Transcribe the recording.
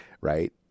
Right